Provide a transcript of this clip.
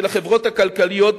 של החברות הכלכליות,